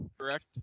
correct